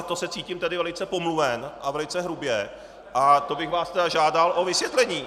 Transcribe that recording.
To se cítím velice pomluven, a velice hrubě, a to bych vás žádal o vysvětlení.